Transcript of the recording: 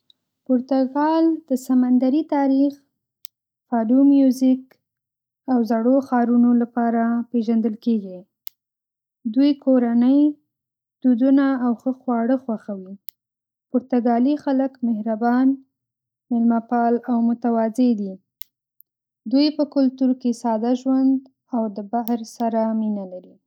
پرتګال د سمندري تاریخ، فادو میوزیک، او زړو ښارونو لپاره پېژندل کېږي. دوی کورنۍ، دودونه او ښه خواړه خوښوي. پرتګالي خلک مهربان، میلمه‌پال او متواضع دي. دوی په کلتور کې ساده ژوند او د بحر سره مینه لري.